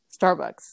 Starbucks